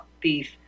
beef